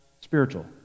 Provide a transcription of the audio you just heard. spiritual